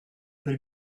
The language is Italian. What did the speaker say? per